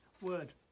word